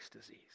disease